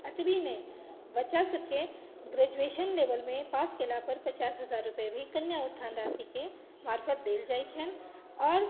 अतबी नहि बच्चा सबके ग्रैजूएशन लेवलमे पास कयलापर पचास हजार रूपए भी कन्या उत्थान राशिके मार्फत देल जाइ छनि आओर